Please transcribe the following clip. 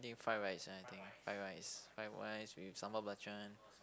I think fried rice I think fried rice fried rice with sambal belacan